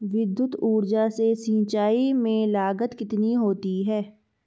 विद्युत ऊर्जा से सिंचाई में लागत कितनी होती है?